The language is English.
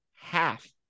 half